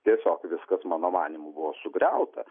tiesiog viskas mano manymu buvo sugriauta